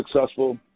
successful